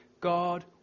God